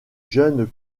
jeunes